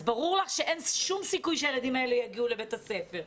אז ברור לך שאין שום סיכוי שהילדים האלה יגיעו לבית הספר.